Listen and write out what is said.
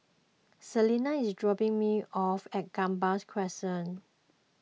Selina is dropping me off at Gambas Crescent